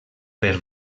per